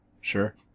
Sure